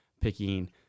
picking